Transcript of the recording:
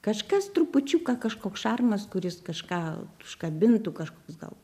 kažkas trupučiuką kažkoks šarmas kuris kažką užkabintų kažkoks gal